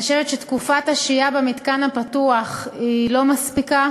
אני חושבת שתקופת השהייה במתקן הפתוח לא מספיקה